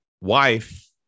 wife